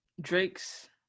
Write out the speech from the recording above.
Drake's